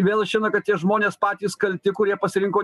vėl išeina kad tie žmonės patys kalti kurie pasirinko